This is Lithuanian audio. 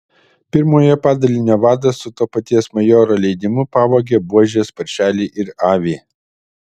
pirmojo padalinio vadas su to paties majoro leidimu pavogė buožės paršelį ir avį